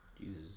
Jesus